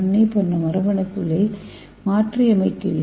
ஏ போன்ற மரபணு கூறுகளை மாற்றியமைக்கிறீர்கள்